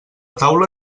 taula